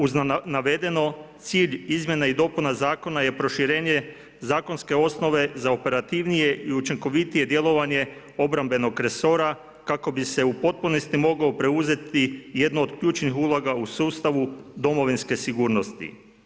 Uz navedeno, cilj izmjena i dopuna zakona je proširenje zakonske osnove za operativnije i učinkovitije djelovanje obrambenog resora, kako bi se u potpunosti mogao preuzeti jedan od ključnih uloga u sustavu domovinske sigurnosti.